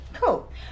Cool